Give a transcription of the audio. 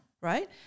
Right